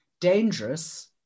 dangerous